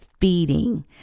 feeding